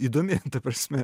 įdomi ta prasme